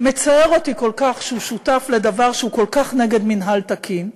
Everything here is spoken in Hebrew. שמצער אותי כל כך שהוא שותף לדבר שהוא כל כך נגד מינהל תקין,